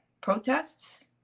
protests